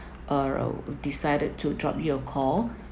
err decided to drop you a call